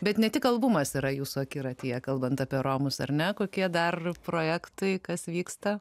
bet ne tik albumas yra jūsų akiratyje kalbant apie romus ar ne kokie dar projektai kas vyksta